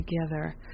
together